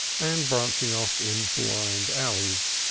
and branching off in blind alleys.